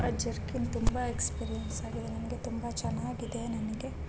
ಆ ಜರ್ಕಿನ್ ತುಂಬಾ ಎಕ್ಸ್ಪೀರಿಯನ್ಸ್ ಆಗಿದೆ ನನಗೆ ತುಂಬ ಚೆನ್ನಾಗಿ ಇದೆ ನನಗೆ